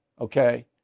Okay